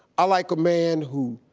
i like a man who